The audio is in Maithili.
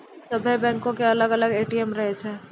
सभ्भे बैंको के अलग अलग ए.टी.एम रहै छै